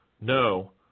no